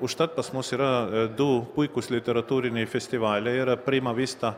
užtat pas mus yra du puikūs literatūriniai festivaliai yra prima vista